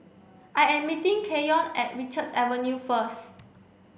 I am meeting Keyon at Richards Avenue first